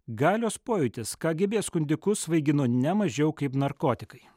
galios pojūtis kgb skundikus svaigino ne mažiau kaip narkotikai